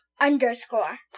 underscore